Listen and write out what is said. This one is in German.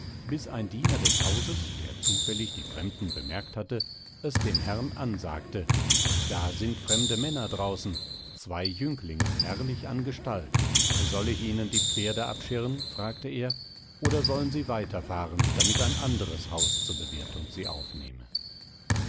bis ein diener des hauses der zufällig die fremden bemerkt hatte es dem herrn ansagte da sind fremde männer draußen zwei jünglinge herrlich an gestalt soll ich ihnen die pferde abschirren fragte er oder sollen sie weiter fahren damit ein anderes haus zur bewirtung sie aufnehme